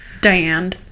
diane